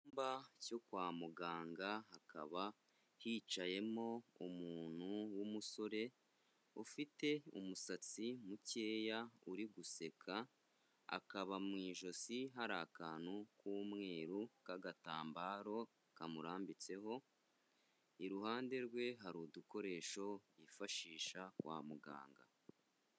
Icyumba cyo kwa muganga hakaba hicayemo umuntu w'umusore, ufite umusatsi mukeya uri guseka, akaba mu ijosi hari akantu k'umweru k'agatambaro kamurambitseho, iruhande rwe hari udukoresho yifashisha kwa muganga.